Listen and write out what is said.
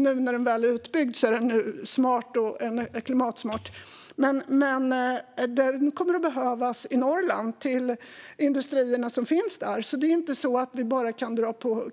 Nu när den väl är utbyggd är den smart och klimatsmart. Men den kommer att behövas i Norrland till industrierna som finns där. Det är inte bara att dra på